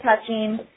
touching